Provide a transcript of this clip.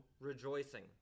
rejoicing